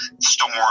storm